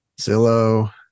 Zillow